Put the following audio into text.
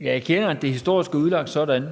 Jeg erkender, at det historisk er udlagt sådan,